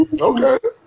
Okay